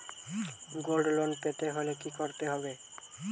Gold loan পেতে হলে কি করতে হবে?